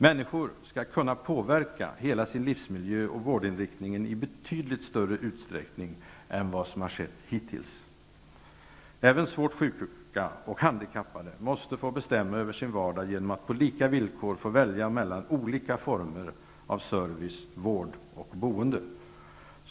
Människor skall kunna påverka hela sin livsmiljö och vårdinriktningen i betydligt större utsträckning än vad som har varit möjligt hittills. Även svårt sjuka och handikappade måste få bestämma över sin vardag genom att på lika villkor få välja mellan olika former av service, vård och boende.